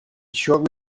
short